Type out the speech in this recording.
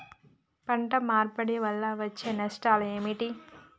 పంట మార్పిడి వల్ల వచ్చే నష్టాలు ఏమిటి?